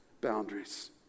boundaries